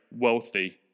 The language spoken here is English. wealthy